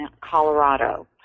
Colorado